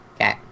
Okay